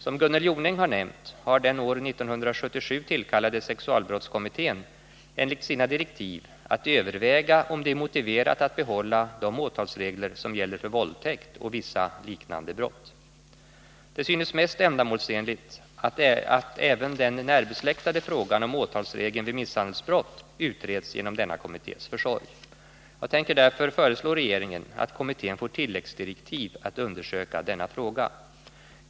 Som Gunnel Jonäng har nämnt har den år 1977 tillkallade sexualbrottskommittén enligt sina direktiv att överväga om det är motiverat att behålla de åtalsregler som gäller för våldtäkt och vissa liknande brott. Det synes mest ändamålsenligt att även den närbesläktade frågan om åtalsregeln vid misshandelsbrott utreds genom denna kommittés försorg. Jag tänker därför föreslå regeringen att kommittén får tilläggsdirektiv att undersöka denna fråga.